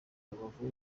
rubavu